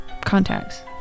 contacts